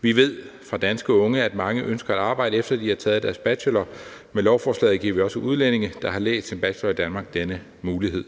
Vi ved fra danske unge, at mange ønsker at arbejde, efter at de har taget deres bachelor. Med lovforslaget giver vi også udlændinge, der har læst en bachelor i Danmark, denne mulighed.